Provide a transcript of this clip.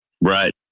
Right